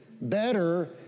better